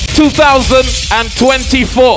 2024